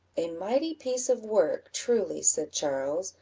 a mighty piece of work, truly, said charles,